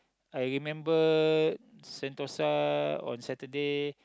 I remember Sentosa on Saturday